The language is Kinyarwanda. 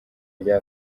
rya